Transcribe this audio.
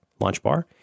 LaunchBar